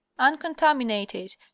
Uncontaminated